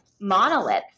monoliths